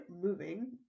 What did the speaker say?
moving